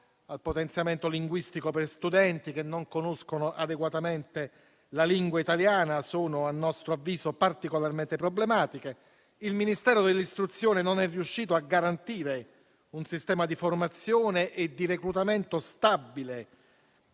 al potenziamento linguistico per studenti che non conoscono adeguatamente la lingua italiana sono, a nostro avviso, particolarmente problematiche. Il Ministero dell'istruzione e del merito non è riuscito a garantire un sistema di formazione e di reclutamento stabile